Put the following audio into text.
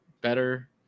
better